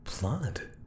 blood